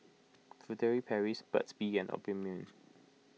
Furtere Paris Burt's Bee and Obimin